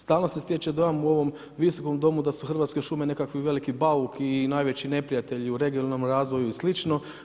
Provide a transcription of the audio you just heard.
Stalno se stječe dojam u ovom Visokom domu, da su Hrvatske šume nekakav veliki bauk i najveći neprijatelj u regionalnom razvoju i slično.